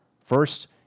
First